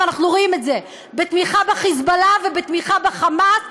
ואנחנו רואים את זה בתמיכה ב"חיזבאללה" ובתמיכה ב"חמאס"